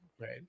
right